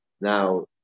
now